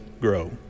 grow